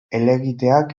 helegiteak